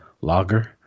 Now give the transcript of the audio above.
lager